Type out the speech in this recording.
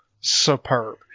superb